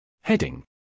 Heading